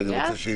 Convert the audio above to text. אז נעשה דילוגים.